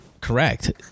correct